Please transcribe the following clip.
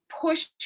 push